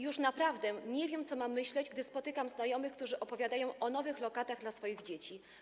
Już naprawdę nie wiem, co mam myśleć, gdy spotykam znajomych, którzy opowiadają o nowych lokatach dla swoich dzieci.